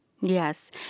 Yes